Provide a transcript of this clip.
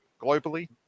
globally